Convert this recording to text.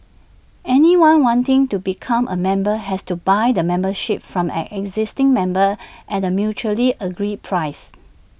anyone wanting to become A member has to buy the membership from an existing member at A mutually agreed price